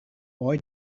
boy